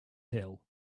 hill